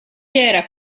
era